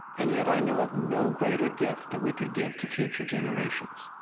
and yet i know of no greater gift, that we could give to future generations.